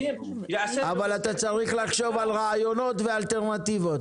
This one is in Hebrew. --- אבל אתה צריך לחשוב על רעיונות ואלטרנטיבות,